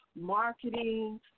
marketing